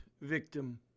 victim